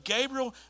Gabriel